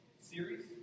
series